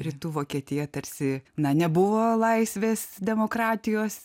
rytų vokietija tarsi na nebuvo laisvės demokratijos